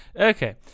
Okay